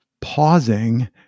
pausing